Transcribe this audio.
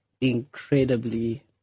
incredibly